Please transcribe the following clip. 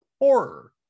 horror